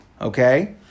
Okay